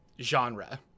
genre